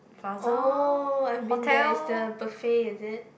oh I've been there it's the buffet is it